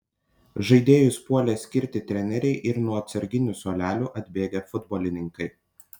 žaidėjus puolė skirti treneriai ir nuo atsarginių suolelio atbėgę futbolininkai